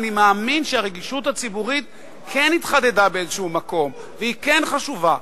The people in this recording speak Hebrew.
אני מאמין שהרגישות הציבורית כן התחדדה באיזה מקום והיא כן חשובה.